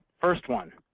first one